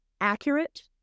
accurate